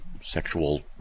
sexual